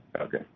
Okay